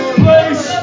place